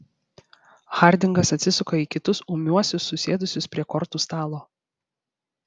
hardingas atsisuka į kitus ūmiuosius susėdusius prie kortų stalo